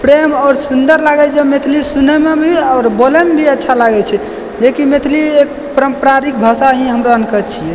प्रेम आओर सुन्दर लागय छै मैथिली सुनयमे भी आओर बोलयमे भी अच्छा लागय छै जे कि मैथिली एक पारम्परिक भाषा ही हमरा अरके छियै